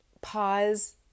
pause